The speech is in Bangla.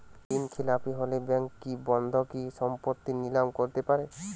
ঋণখেলাপি হলে ব্যাঙ্ক কি বন্ধকি সম্পত্তি নিলাম করতে পারে?